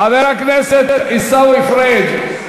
עזוב אותי, חבר הכנסת עיסאווי פריג'.